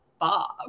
bob